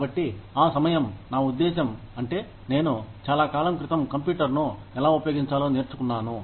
కాబట్టి ఆ సమయం నా ఉద్దేశం అంటే నేను చాలా కాలం క్రితం కంప్యూటర్ను ఎలా ఉపయోగించాలో నేర్చుకున్నాను